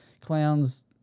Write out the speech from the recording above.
Clowns